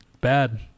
bad